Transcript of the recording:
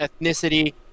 ethnicity